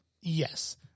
Yes